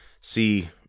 see